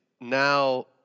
now